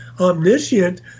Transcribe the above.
omniscient